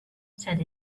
said